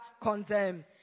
condemn